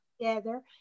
together